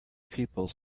people